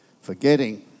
Forgetting